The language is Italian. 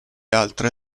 altre